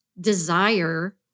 desire